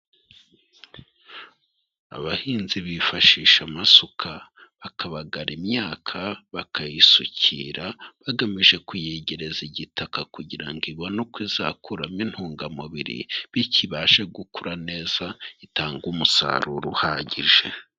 Abahinzi bifashisha amasu bakakabagara imyaka bakayisukira bagamije kuyegereza igitaka kugira ngo ibone uko izakuramo intungamubiri bito ibashe gukura neza itangage umusaruro uhagije.